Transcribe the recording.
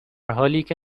حالیکه